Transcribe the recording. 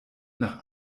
nach